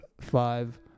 five